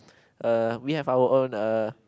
uh we have our own uh